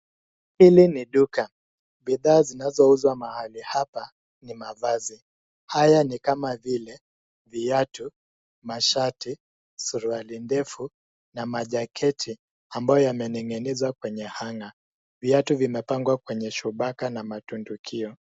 Hili ni duka bidhaa zinazouzwa mahali hapa ni mavazi. Haya ni kama vile viatu, mashati, suruali ndefu na majaketi ambayo yameneng'enezwa kwenye hanger . Viatu vimepangwa kwenye shubaka na matundikio.